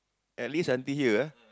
at least until here